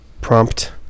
prompt